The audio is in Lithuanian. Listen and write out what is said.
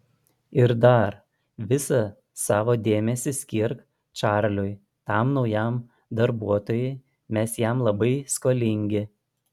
ir dar visą savo dėmesį skirk čarliui tam naujam darbuotojui mes jam labai skolingi